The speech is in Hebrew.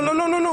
לא.